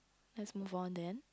let's move on then